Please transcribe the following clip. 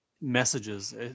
messages